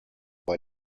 bei